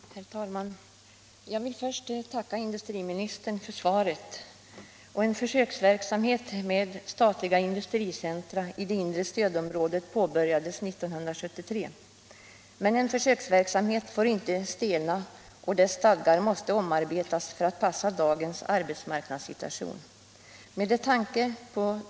Herr talman! Jag vill först tacka industriministern för svaret. En försöksverksamhet med statliga industricentra i det inre stödområdet påbörjades 1973. Men en försöksverksamhet får inte stelna, och dess stadgar måste omarbetas för att passa dagens arbetsmarknadssituation.